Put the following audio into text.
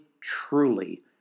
truly